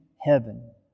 heaven